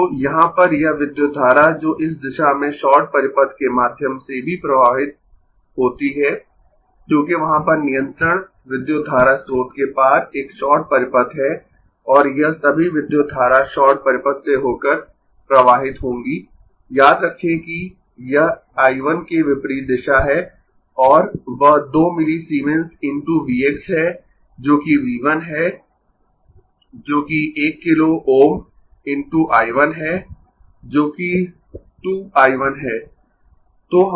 तो यहाँ पर यह विद्युत धारा जो इस दिशा में शॉर्ट परिपथ के माध्यम से भी प्रवाहित होती है क्योंकि वहां पर नियंत्रण विद्युत धारा स्रोत के पार एक शॉर्ट परिपथ है और यह सभी विद्युत धारा शॉर्ट परिपथ से होकर प्रवाहित होगी याद रखें कि यह I 1 के विपरीत दिशा है और वह 2 मिलीसीमेंस × V x है जोकि V 1 है जो कि 1 किलो Ω × I 1 है जो कि 2 I 1 है